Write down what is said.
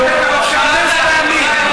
בית המשפט העליון חמש פעמים, חמש פעמים.